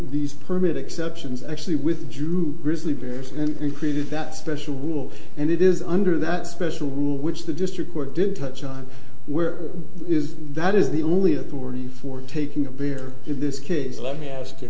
these permit exceptions actually withdrew grizzly bears and recreated that special rule and it is under that special rule which the district court did touch on where is that is the only authority for taking a player in this case let me ask you a